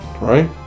Right